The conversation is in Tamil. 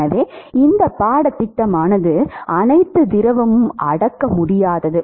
எனவே இந்த பாடத்திட்டமானது அனைத்து திரவமும் அடக்க முடியாதது